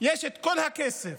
יש כל הכסף